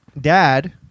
dad